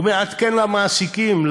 הוא מעדכן למעסיקים,